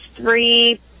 three